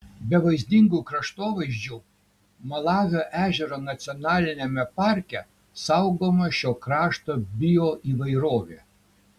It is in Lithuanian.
be vaizdingų kraštovaizdžių malavio ežero nacionaliniame parke saugoma šio krašto bioįvairovė